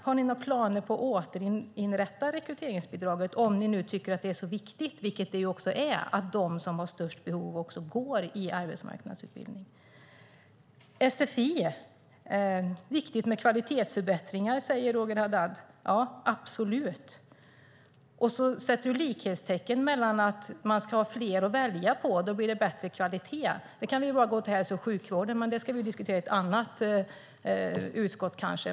Har ni några planer på att återinrätta rekryteringsbidraget om ni tycker att det är så viktigt, vilket det är, att de som har störst behov också går i arbetsmarknadsutbildning? Roger Haddad säger att det är viktigt med kvalitetsförbättringar inom sfi. Ja, det är det absolut. Sedan sätter han likhetstecken mellan fler att välja på och bättre kvalitet. Då kan man bara gå till hälso och sjukvården för att se hur det är. Men det ska vi diskutera i ett annat utskott.